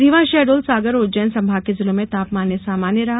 रीवा शहडोल सागर और उज्जैन संभाग के जिलों में तापमान सामान्य रहा